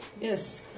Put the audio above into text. yes